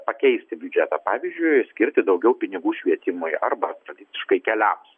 pakeisti biudžetą pavyzdžiui skirti daugiau pinigų švietimui arba tradiciškai keliams